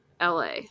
LA